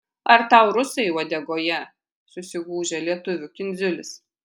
ar tau rusai uodegoje susigūžia lietuvių kindziulis